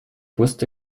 wusste